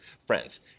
friends